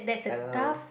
I don't know